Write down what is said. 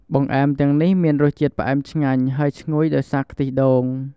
បង្អែមទាំងនេះមានរសជាតិផ្អែមឆ្ងាញ់ ហើយឈ្ងុយដោយសារខ្ទិះដូង។